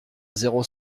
zéro